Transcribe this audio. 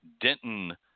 Denton